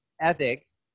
ethics